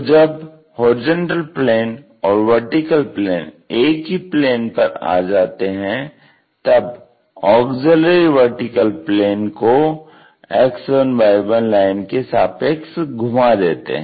तो जब HP और VP एक ही प्लेन पर आ जाते हैं तब AVP को X1Y1 लाइन के सापेक्ष घुमा देते हैं